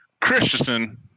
Christensen